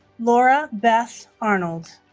laura beth arnold